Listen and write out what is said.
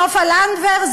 סופה לנדבר?